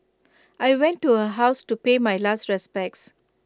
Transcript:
I went to her house to pay my last respects